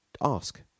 ask